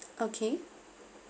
okay